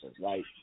right